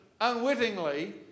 unwittingly